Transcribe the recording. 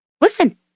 Listen